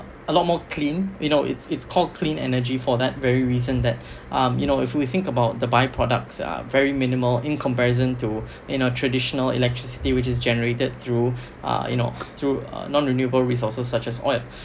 a lot more clean you know it's it's called clean energy for that very reason that um you know if we think about the by products are very minimal in comparison to in a traditional electricity which is generated through uh you know through a non renewable resources such as oil